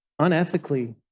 unethically